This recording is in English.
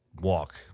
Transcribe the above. walk